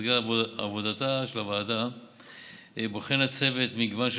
במסגרת עבודתה של הוועדה בוחן הצוות מגוון של